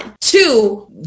two